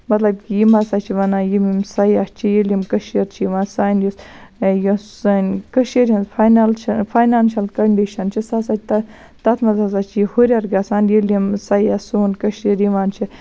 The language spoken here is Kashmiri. مَطلَب کہِ یِم ہَسا چھِ وَنان یِم یِم سَیاح چھِ ییٚلہِ یِم کٔشیٖرِ چھِ یِوان سانِہ یُس یۄس سانۍ کٔشیٖرِ ہٕنٛز فایناشل فاینانشَل کَنڈِشَن چھِ سۄ ہَسا تتھ تتھ مَنٛز ہَسا چھُ ہُریٚر گَژھان ییٚلہِ یِم سَیاح سون کٔشیٖرِ یِوان چھِ